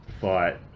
Fight